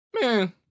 Man